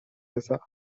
gaza